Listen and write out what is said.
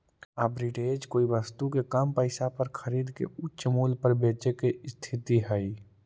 arbitrage कोई वस्तु के कम पईसा पर खरीद के उच्च मूल्य पर बेचे के स्थिति हई